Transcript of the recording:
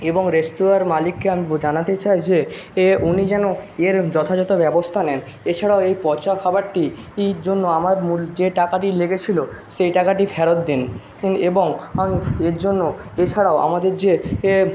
এবং রেস্তোঁরার মালিককে আমি বো জানাতে চাই যে এ উনি যেন এর যথাযথ ব্যবস্থা নেন এছাড়াও এই পচা খাবারটি এ র জন্য আমার মূল যে টাকাটি লেগেছিলো সেই টাকাটি ফেরত দিন ইন এবং এর জন্য এছাড়াও আমাদের যে এ